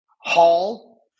Hall